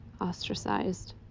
ostracized